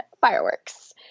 fireworks